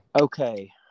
Okay